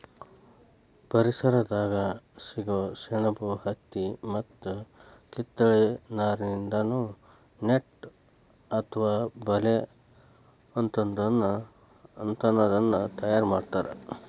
ಪರಿಸರದಾಗ ಸಿಗೋ ಸೆಣಬು ಹತ್ತಿ ಮತ್ತ ಕಿತ್ತಳೆ ನಾರಿನಿಂದಾನು ನೆಟ್ ಅತ್ವ ಬಲೇ ಅಂತಾದನ್ನ ತಯಾರ್ ಮಾಡ್ತಾರ